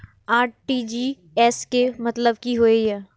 RTGS के मतलब की होय ये?